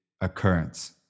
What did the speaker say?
occurrence